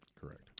Correct